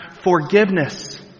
forgiveness